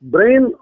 Brain